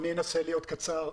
אני אנסה להיות קצר.